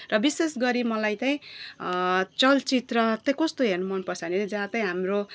र विशेष गरी मलाई चाहिँ चलचित्र चाहिँ कस्तो हेर्नु मनपर्छ भने नि जहाँ चाहिँ हाम्रो